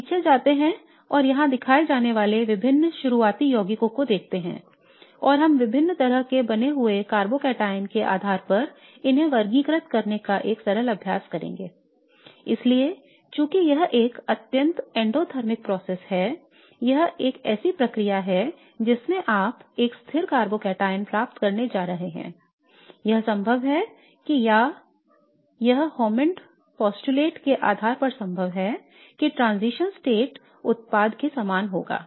अब पीछे जाते हैं और यहां दिखाए जाने वाले विभिन्न शुरुआती यौगिकों को देखते हैं और हम विभिन्न तरह के बने हुए कार्बोकैटायन के आधार पर उन्हें वर्गीकृत करने का एक सरल अभ्यास करेंगे I इसलिए चूंकि यह एक अत्यधिक एंडोथर्मिक प्रक्रिया है यह एक ऐसी प्रक्रिया है जिसमें आप एक अस्थिर कार्बोकैटायन प्राप्त करने जा रहे हैं यह संभव है या यह हैमोंड के अनुमान Hammond's postulate के आधार पर संभव है कि ट्रांजिशन स्टेट उत्पाद के समान होगा